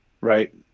right